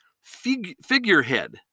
figurehead